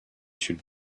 should